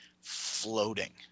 floating